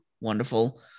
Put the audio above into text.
wonderful